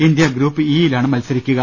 India group ഇയിലാണ് മത്സരിക്കുക